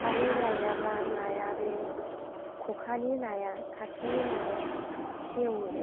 थाबै लायाब्ला नाया बे खखानि नाया खाखिनि नाया सेवो